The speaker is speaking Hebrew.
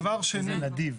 דבר שני.